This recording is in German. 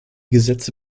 gesetze